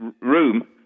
room